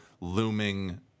looming